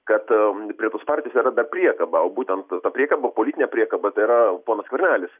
kad prie tos partijos yra dar priekaba būtent ta priekaba politinė priekaba tai yra ponas skvernelis